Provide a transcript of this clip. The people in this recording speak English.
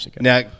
Now